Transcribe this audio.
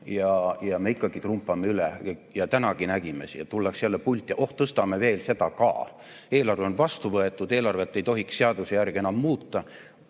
ja me ikkagi trumpame üle. Tänagi nägime siin, tullakse jälle pulti: oh, tõstame veel seda ka. Eelarve on vastu võetud, eelarvet ei tohiks seaduse järgi enam muuta,